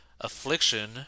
affliction